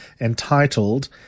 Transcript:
entitled